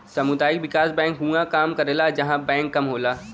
सामुदायिक विकास बैंक उहां काम करला जहां बैंक कम होला